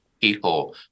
people